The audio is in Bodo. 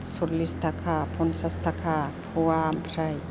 सल्लिस थाखा पन्सास थाखा पवा ओमफ्राय